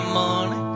money